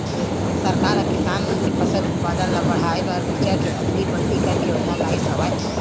सरकार ह किसान मन के फसल उत्पादन ल बड़हाए बर बीजा के अदली बदली करे के योजना लइस हवय